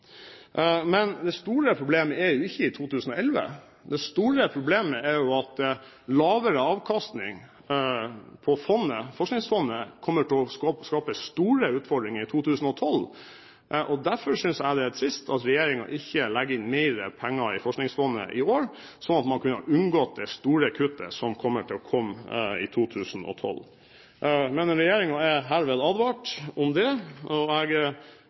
Men det store problemet er jo ikke i 2011. Det store problemet er jo at lavere avkastning på Forskningsfondet kommer til å skape store utfordringer i 2012. Derfor synes jeg det er trist at regjeringen ikke legger inn mer penger i Forskningsfondet i år, slik at man kunne ha unngått det store kuttet som vil komme i 2012. Men regjeringen er herved advart om det. Jeg